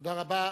תודה רבה.